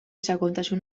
sakontasun